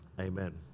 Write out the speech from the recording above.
Amen